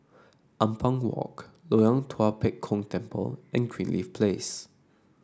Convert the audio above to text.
Ampang Walk Loyang Tua Pek Kong Temple and Greenleaf Place